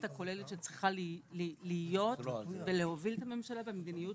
הכוללת שצריכה להיות ולהוביל את הממשלה במדיניות